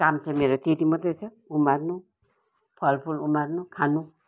काम चाहिँ मेरो त्यति मात्रै छ उमार्नु फल फुल उमार्नु खानु